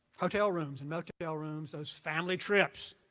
hotel rooms and motel rooms, those family trips.